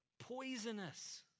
poisonous